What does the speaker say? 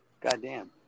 Goddamn